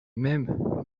mêmes